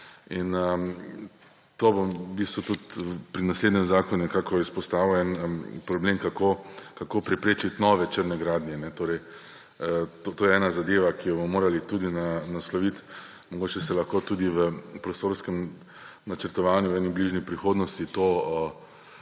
In bom tudi pri naslednjem zakonu nekako izpostavil en problem, kako preprečiti nove črne gradnje. To je ena zadeva, ki jo bomo morali tudi nasloviti. Mogoče se lahko tudi v prostorskem načrtovanju in v bližnji prihodnosti to